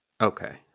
Okay